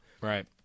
right